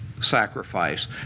sacrifice